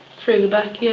through the back, yeah